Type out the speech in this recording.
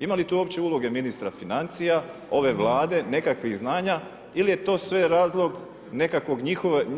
Ima li tu uopće uloge ministra financija, ove Vlade, nekakvih znanja ili je to sve razlog